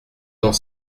dans